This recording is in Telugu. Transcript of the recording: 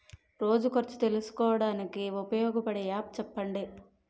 రోజు ఖర్చు తెలుసుకోవడానికి ఉపయోగపడే యాప్ చెప్పండీ?